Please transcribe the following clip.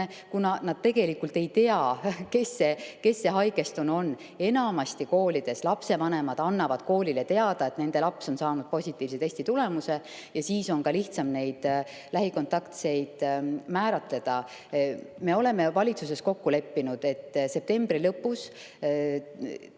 kuna tegelikult ei teata, kes see haigestunu on. Enamasti küll koolides lapsevanemad annavad koolile teada, et nende laps on saanud positiivse testitulemuse, ja siis on ka lihtsam lähikontaktseid määratleda. Me oleme valitsuses kokku leppinud, et septembri lõpus